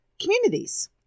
communities